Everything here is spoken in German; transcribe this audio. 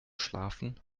schlafen